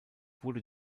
wurde